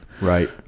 Right